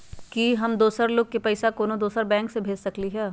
कि हम दोसर लोग के पइसा कोनो दोसर बैंक से भेज सकली ह?